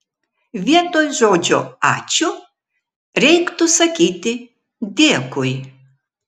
vietoj žodžio ačiū reiktų sakyti dėkui